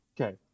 Okay